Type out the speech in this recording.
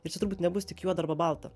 ir čia turbūt nebus tik juoda arba balta